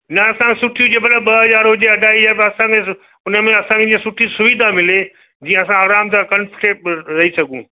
न असां सुठी हुजे भले ॿ हज़ार हुजे अढाई हज़ार पर असांखे उनमें असांखे जीअं सुठी सुविधा मिले जीअं असां आराम सां कंफ़र्टेबल रही रघूं